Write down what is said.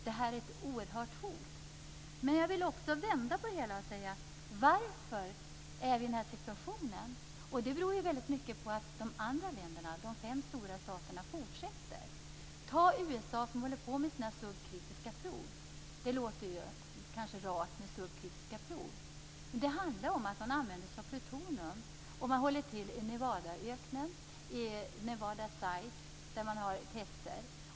Detta är ett oerhört hot. Jag vill också vända på det hela och fråga: Varför är vi i den här situationen? Det beror väldigt mycket på att de andra länderna, de fem stora staterna, fortsätter. Ta USA som exempel, som håller på med sina subkritiska prov. Det låter kanske rart med subkritiska prov. Men det handlar om att man använder sig av plutonium. Man håller till i Nevadaöknen vid Nevada Test Site där man har tester.